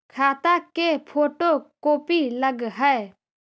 खाता के photo copy लगहै?